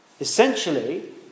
Essentially